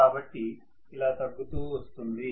కాబట్టి ఇలా తగ్గుతూ వస్తుంది